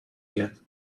yet